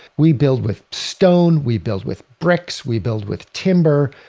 we build with stone. we build with bricks. we build with timber.